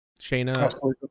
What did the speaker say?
Shayna